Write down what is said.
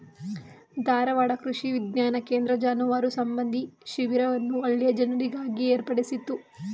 ಧಾರವಾಡ ಕೃಷಿ ವಿಜ್ಞಾನ ಕೇಂದ್ರ ಜಾನುವಾರು ಸಂಬಂಧಿ ಶಿಬಿರವನ್ನು ಹಳ್ಳಿಯ ಜನರಿಗಾಗಿ ಏರ್ಪಡಿಸಿತ್ತು